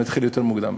אתחיל מהקודם.